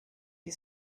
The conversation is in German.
die